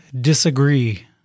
disagree